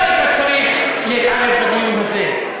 לא היית צריך להתערב בדיון הזה,